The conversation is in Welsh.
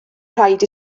rhaid